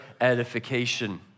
edification